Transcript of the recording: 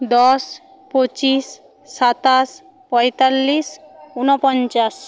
দশ পঁচিশ সাতাশ পঁয়তাল্লিশ ঊনপঞ্চাশ